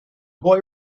boy